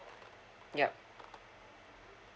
yup